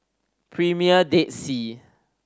Premier Dead Sea